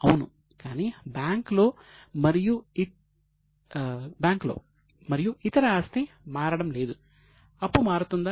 అవును కానీ బ్యాంక్ లో మరియు ఇతర ఆస్తి మారడం లేదు అప్పు మారుతుందా